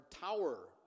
tower